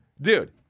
Dude